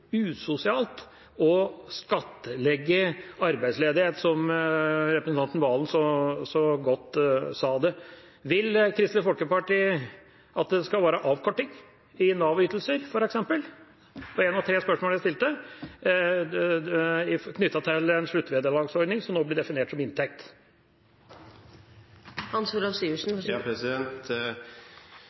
usosialt å skattlegge arbeidsledighet, som representanten Serigstad Valen så godt sa det? Vil Kristelig Folkeparti f.eks. at det skal være avkorting i Nav-ytelser knyttet til en sluttvederlagsordning som nå blir definert som inntekt?